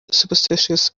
superstitious